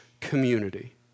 community